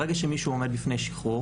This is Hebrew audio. ברגע שמישהו עומד לפני שיחררו